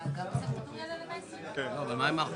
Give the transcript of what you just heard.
אדוני,